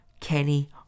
Kenny